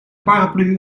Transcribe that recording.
paraplu